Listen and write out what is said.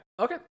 okay